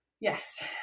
yes